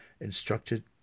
Instructed